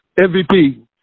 MVP